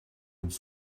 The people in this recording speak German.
uns